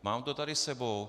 Mám to tady s sebou.